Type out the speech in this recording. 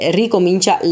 ricomincia